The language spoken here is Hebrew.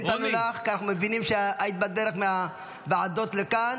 המתנו לך כי אנחנו מבינים שהיית בדרך מהוועדות לכאן.